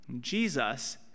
Jesus